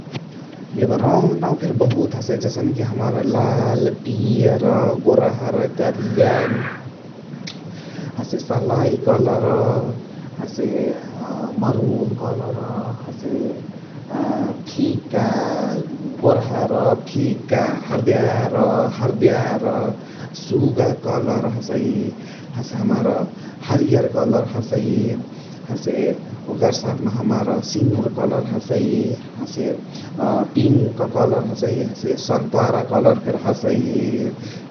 एब रङक नाउ फेरी बहुत हसइ जसने कि हमरा लाल्, पियार, गोरहर्, करिया । हसे सलाई कलर्, हसे मरून कलर्, हसे फिका गोरहर, फिका हरद्यार्, हरद्यार्, सुगा कलरा हसइ । हमार हरियार कलर हसइ । हसे ओकर साथ मा हमार सिनुर कलर हसइ । हसे अ पिन्क कलर हसइ । हसे सम्त्वारा कलर फेरी हसै ।